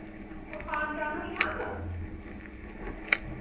ओह् आन जान होई जाह्ग